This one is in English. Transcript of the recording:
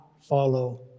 follow